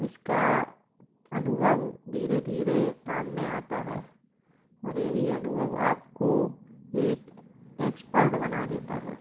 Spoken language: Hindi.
इसका अनुभव धीरे धीरे काम में आता है और यही अनुभव आपको एक एक्सपर्ट बना देता है